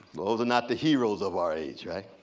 those are not the heroes of our age, right?